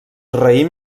raïm